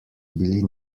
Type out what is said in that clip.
bili